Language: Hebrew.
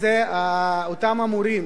וזה אותם המורים